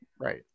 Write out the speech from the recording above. Right